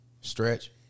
Stretch